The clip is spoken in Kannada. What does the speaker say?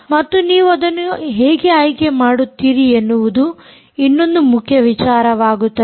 ಮತ್ತು ನೀವು ಅದನ್ನು ಹೇಗೆ ಆಯ್ಕೆ ಮಾಡುತ್ತೀರಿ ಎನ್ನುವುದು ಇನ್ನೊಂದು ಮುಖ್ಯ ವಿಚಾರವಾಗುತ್ತದೆ